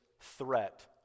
threat